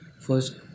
first